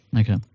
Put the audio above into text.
Okay